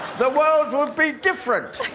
the world would be different.